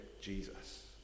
Jesus